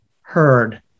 heard